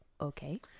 okay